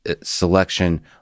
selection